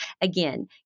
Again